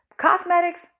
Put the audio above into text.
Cosmetics